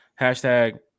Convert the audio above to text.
Hashtag